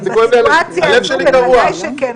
הלב שלי קרוע.